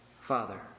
Father